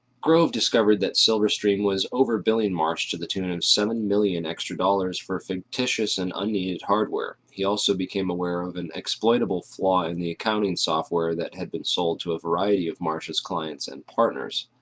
grove discovered that silverstream was over-billing marsh to the tune of seven million dollars extra dollars for fictitious and un-need hard ware. he also became aware of an exploitable flaw in the accounting software that had been sold to a variety of marsh's clients and partners.